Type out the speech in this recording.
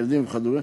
ילדים וכדומה.